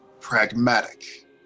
pragmatic